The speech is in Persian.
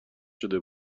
شده